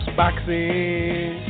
boxing